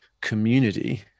community